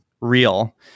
real